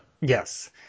Yes